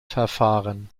verfahren